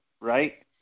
right